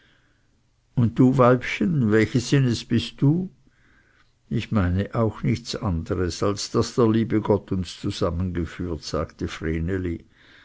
und du weibchen welches sinnes bist du ich meine auch nichts anderes als daß der liebe gott uns zusammengeführt sagte